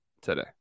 today